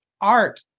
Art